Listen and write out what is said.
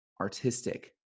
artistic